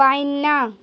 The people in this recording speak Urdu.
پائناہ